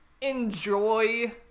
enjoy